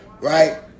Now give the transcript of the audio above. right